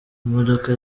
imodoka